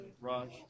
Raj